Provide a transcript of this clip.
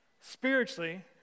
Spiritually